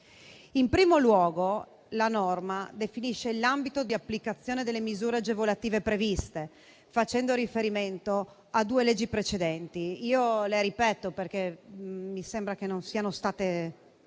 In primo luogo la norma definisce l'ambito di applicazione delle misure agevolative previste, facendo riferimento a due leggi precedenti. Le ripeto perché mi sembra che non siano state